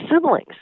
siblings